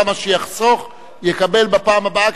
וכמה שיחסוך יקבל בפעם הבאה,